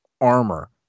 armor